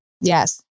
yes